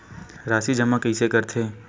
राशि जमा कइसे करथे?